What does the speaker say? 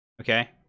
Okay